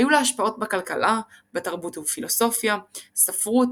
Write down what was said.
היו לה השפעות בכלכלה; בתרבות ופילוסופיה; ספרות,